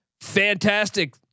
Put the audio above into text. fantastic